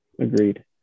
Agreed